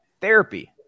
therapy